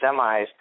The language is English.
semis